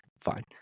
fine